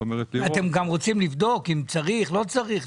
אתם גם רוצים לבדוק אם צריך או לא צריך?